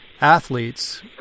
athletes